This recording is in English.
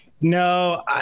No